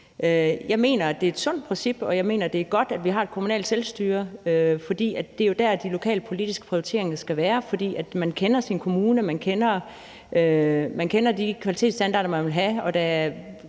Jeg mener, det er et sundt princip, og jeg mener, det er godt, at vi har et kommunalt selvstyre. Det er jo der, de lokale politiske prioriteringer skal foretages, for man kender sin kommune, og man kender de kvalitetsstandarder, man vil have. Og der er